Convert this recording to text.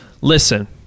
Listen